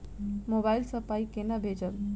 Mobile सँ पाई केना भेजब?